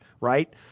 right